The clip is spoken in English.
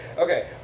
Okay